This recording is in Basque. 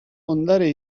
ondare